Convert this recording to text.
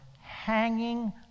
hanging